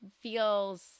feels